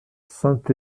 saint